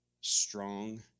strong